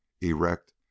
erect